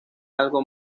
algo